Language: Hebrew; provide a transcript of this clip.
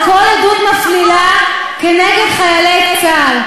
על כל עדות מפלילה נגד חיילי צה"ל.